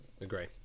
Agree